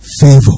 favor